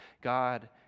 God